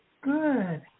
Good